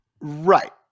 right